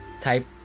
type